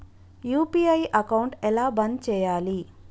UPI account ఎలా బంద్ చేయాలి?